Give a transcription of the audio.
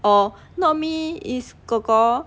or not me is kor kor